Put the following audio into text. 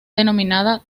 denominada